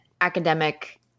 academic